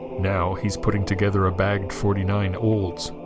now he's putting together a bagged forty nine olds